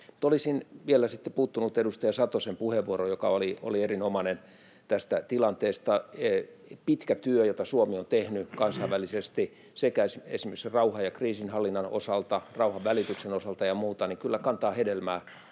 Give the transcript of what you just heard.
sitten vielä puuttunut edustaja Satosen puheenvuoroon, joka oli erinomainen, tästä tilanteesta. Pitkä työ, jota Suomi on tehnyt kansainvälisesti sekä esimerkiksi rauhan ja kriisinhallinnan osalta, rauhanvälityksen osalta ja muuta, kyllä kantaa hedelmää